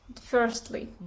firstly